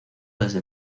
desde